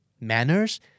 manners